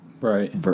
right